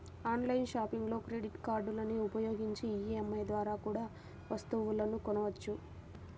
online షాపింగ్లో credit కార్డులని ఉపయోగించి ఈ.ఎం.ఐ ద్వారా కూడా వస్తువులను కొనొచ్చు